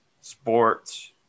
sports